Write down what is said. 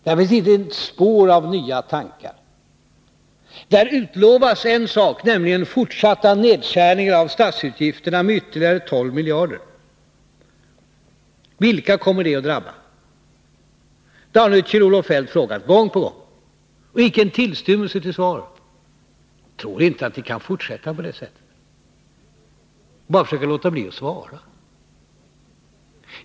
Där finns inte ett spår av nya tankar. Där utlovas en sak, nämligen fortsatta nedskärningar av statsutgifterna med ytterligare 12 miljarder kronor. Vilka kommer det att drabba? Det har Kjell-Olof Feldt frågat gång på gång, och inte fått en tillstymmelse till svar. Tror ni att ni kan fortsätta på det sättet, bara låta bli att svara?